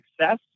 success